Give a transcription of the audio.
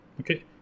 okay